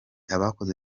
abakoze